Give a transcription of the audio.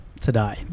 today